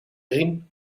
riem